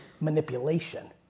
manipulation